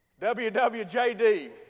WWJD